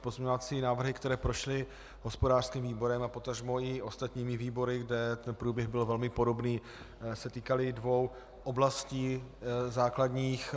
Pozměňovací návrhy, které prošly hospodářským výborem a potažmo i ostatními výbory, kde ten průběh byl velmi podobný, se týkaly dvou základních oblastí.